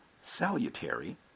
salutary